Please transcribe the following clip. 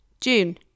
June